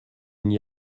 n’y